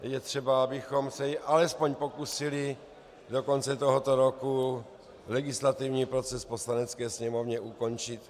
Je třeba, abychom se alespoň pokusili do konce tohoto roku legislativní proces v Poslanecké sněmovně ukončit.